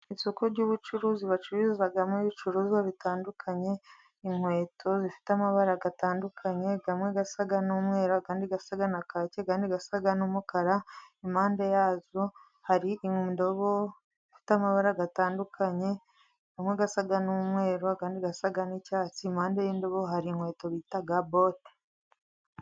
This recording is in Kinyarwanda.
Isoko ry' ubucuruzi bacururizamo ibicuruzwa bitandukanye, inkweto zifite amabara atandukanye, amwe asa n' umweru, andi asa na kaki, andi asa n' umukara, impande yazo hari indobo ifite amabara atandukanye, amwe asa n' umweru, andi asa n' icyatsi impande y' indobo hari inkweto bita bote.